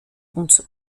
uns